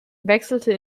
wechselte